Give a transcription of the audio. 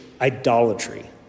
idolatry